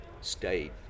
state